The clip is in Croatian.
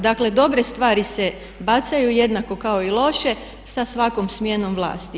Dakle, dobre stvari se bacaju jednako kao i loše sa svakom smjenom vlasti.